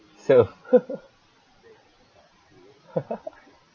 so